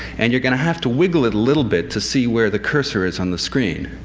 and you're going to have to wiggle it a little bit to see where the cursor is on the screen.